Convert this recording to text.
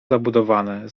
zabudowane